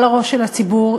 על הראש של הציבור,